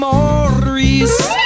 Maurice